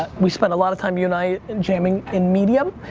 we spent a lot of time, you and i, jamming in medium.